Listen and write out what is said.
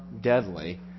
deadly